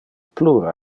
plure